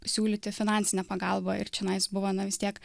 siūlyti finansinę pagalbą ir čionais buvo na vis tiek